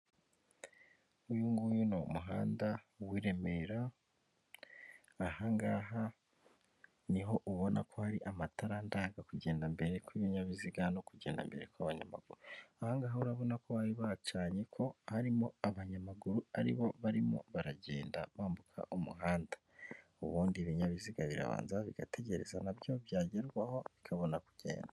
Uyu nguyu ni umuhanda w'i Remera, aha ngaha niho ubona ko hari amatara ndanga kugenda mbere kw'ibinyabiziga no kugenda mbere kw'abanyamaguru, aha ngaha urabona ko bari bacanye ko harimo abanyamaguru, aribo barimo baragenda bambuka umuhanda ubundi ibinyabiziga birabanza bigategereza nabyo byagerwaho bikabona kugenda.